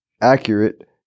accurate